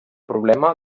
problema